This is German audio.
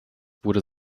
wurde